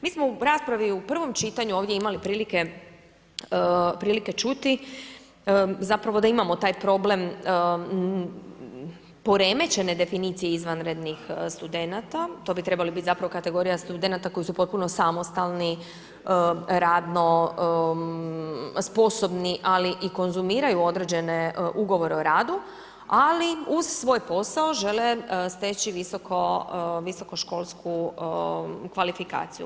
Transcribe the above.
Mi smo u raspravi u prvom čitanju ovdje imali prilike čuti zapravo da imamo taj problem poremećene definicije izvanrednih studenata, to bi trebala biti zapravo kategorija studenata koji su potpuno samostalni radno sposobni, ali i konzumiraju određene ugovore o radu, ali uz svoj posao žele steći visokoškolsku kvalifikaciju.